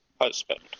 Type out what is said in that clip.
husband